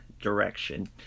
direction